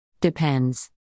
Depends